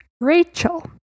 Rachel